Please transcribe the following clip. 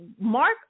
mark